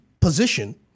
position